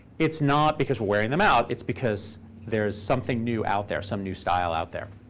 it's not because we're wearing them out. it's because there's something new out there, some new style out there.